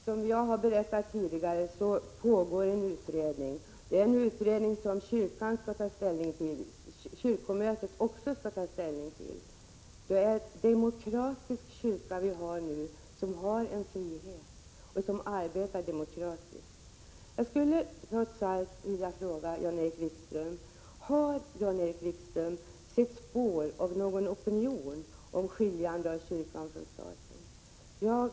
Herr talman! Som jag har sagt tidigare pågår en utredning som kyrkan och kyrkomötet skall ta ställning till. Vi har en demokratisk kyrka, och den har sin frihet. Jag skulle vilja fråga Jan-Erik Wikström: Har Jan-Erik Wikström sett spår av någon opinion för skiljandet av kyrkan från staten?